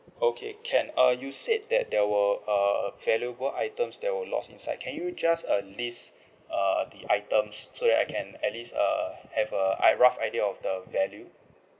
okay can uh you said that there were a valuable items that were lost inside can you just uh list err the items so that I can at least err have a I rough idea of the value